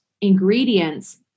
ingredients